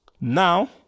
Now